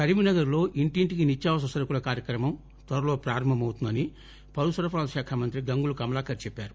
కరీంనగర్ లో ఇంటింటికి నిత్యావసర సరకుల కార్యక్రమం త్వరలో ప్రారంభమవుతుందని బీసీ పౌరసరఫరాల శాఖ మంత్రి గంగుల కమలాకర్ చెప్పారు